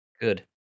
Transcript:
Good